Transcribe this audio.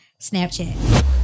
Snapchat